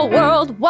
World